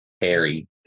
Harry